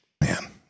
Man